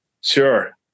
Sure